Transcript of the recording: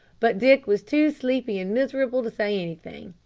but dick was too sleepy and miserable to say anything.